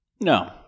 No